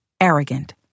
arrogant